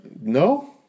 No